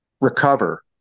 recover